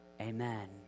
Amen